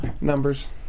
Numbers